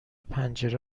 پنجره